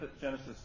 Genesis